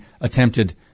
attempted